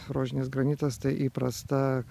rožinis granitas tai įprasta